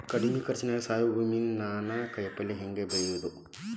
ಕಡಮಿ ಖರ್ಚನ್ಯಾಗ್ ಸಾವಯವ ಭೂಮಿಯಲ್ಲಿ ನಾನ್ ಕಾಯಿಪಲ್ಲೆ ಹೆಂಗ್ ಬೆಳಿಯೋದ್?